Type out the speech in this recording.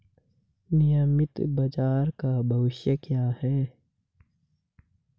नियमित बाजार का भविष्य क्या है?